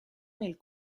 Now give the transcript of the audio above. nel